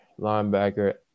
linebacker